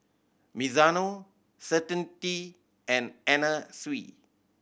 Mizuno Certainty and Anna Sui